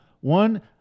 One